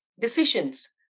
decisions